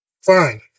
Fine